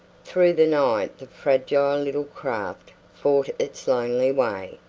through the night the fragile little craft fought its lonely way,